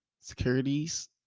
Securities